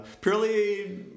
purely